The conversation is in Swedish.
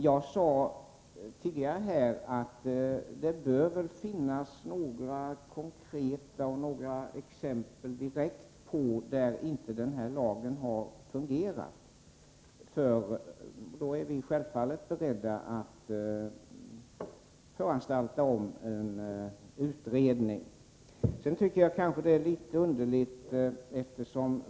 Jag sade tidigare att det borde finnas några konkreta exempel på att lagen inte har fungerat. Om man kan peka på sådana är vi självfallet beredda att föranstalta om en utredning.